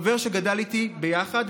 חבר שגדל איתי ביחד.